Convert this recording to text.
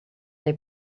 they